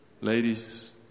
ladies